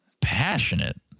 Passionate